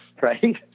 right